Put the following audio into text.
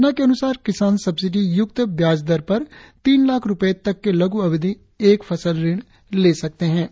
योजना के अनुसार किसान सब्सिडी युक्त ब्याज दर पर तीन लाख़ रुपए तक के लघु अवधि एक फसल ऋण ले सकते है